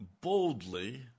boldly